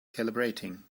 calibrating